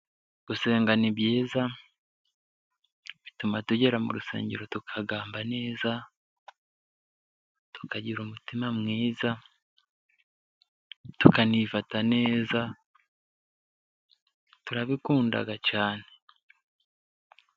Gusenga ni byiza bituma tugera mu rusengero tukagamba neza, tukagira umutima mwiza, tukanifata neza, turabikundaga cyane.